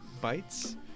bites